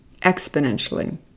exponentially